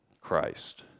Christ